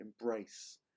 embrace